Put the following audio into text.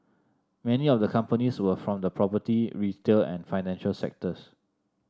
many of the companies were from the property retail and financial sectors